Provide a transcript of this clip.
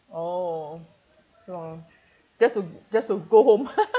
oh just to just to go home